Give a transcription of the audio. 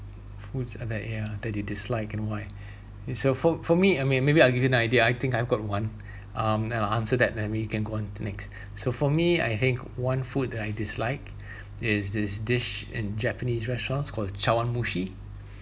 foods ah that ya that you dislike and why it's uh for for me I mean maybe I'll give you an idea I think I've got one um then I will answer that then we can go on to next so for me I think one food that I dislike is this dish in japanese restaurants called chawanmushi